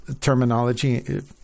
terminology